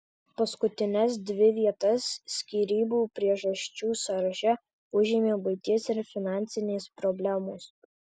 paskutines dvi vietas skyrybų priežasčių sąraše užėmė buities ir finansinės problemos